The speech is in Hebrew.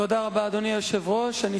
אדוני היושב-ראש, תודה רבה.